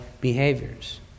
behaviors